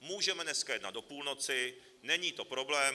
Můžeme dneska jednat do půlnoci, není to problém.